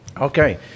Okay